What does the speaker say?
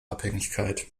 abhängigkeit